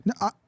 No